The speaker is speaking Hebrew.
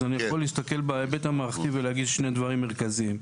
אז אני יכול להסתכל בהיבט המערכתי ולהגיד שני דברים מרכזיים: